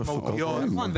משמעותיות --- נכון,